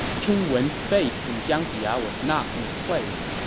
king wen's faith in jiang ziya was not misplaced.